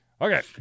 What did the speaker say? Okay